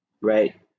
right